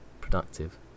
productive